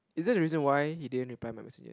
is that the reason why he didn't reply my messages